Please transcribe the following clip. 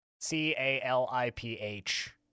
c-a-l-i-p-h